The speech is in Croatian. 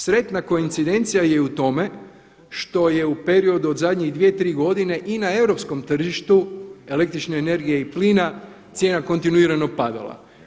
Sretna koicidencija je u tome što je u periodu od zadnjih dvije, tri godine i na europskom tržištu električne energije i plina cijena kontinuirano padala.